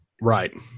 Right